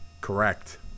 correct